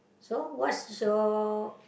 so what's your